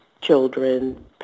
children